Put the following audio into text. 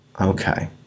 Okay